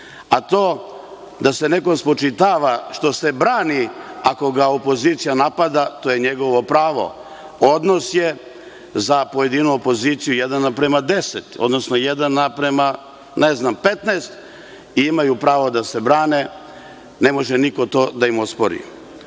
a to da se nekom spočitava što se brani ako ga opozicija napada, to je njegovo pravo. Odnos je za pojedinu opoziciju jedan na prema deset, odnosno jedan na prema, ne znam, 15 i imaju pravo da se brane, ne može niko to da im ospori. Šta